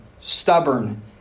stubborn